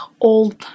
old